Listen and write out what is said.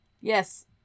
Yes